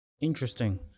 Interesting